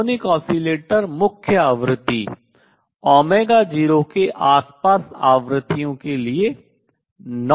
harmonic oscillator मुख्य आवृत्ति 0 के आसपास आवृत्तियों के लिए गैर शून्य है